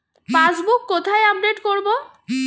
Passbook কোথায় update করব?